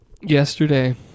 Yesterday